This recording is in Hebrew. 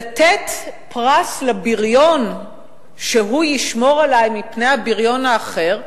לתת פרס לבריון שהוא ישמור עלי מפני הבריון האחר,